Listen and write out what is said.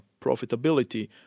profitability